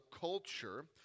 culture